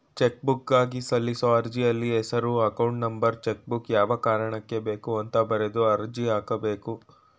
ಚೆಕ್ಬುಕ್ಗಾಗಿ ಸಲ್ಲಿಸೋ ಅರ್ಜಿಯಲ್ಲಿ ಹೆಸರು ಅಕೌಂಟ್ ನಂಬರ್ ಚೆಕ್ಬುಕ್ ಯಾವ ಕಾರಣಕ್ಕೆ ಬೇಕು ಅಂತ ಬರೆದು ಅರ್ಜಿ ಹಾಕಬೇಕು